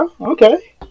Okay